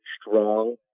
strong